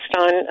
on